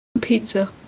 Pizza